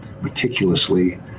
meticulously